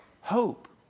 Hope